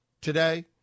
today